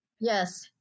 Yes